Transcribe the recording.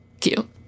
cute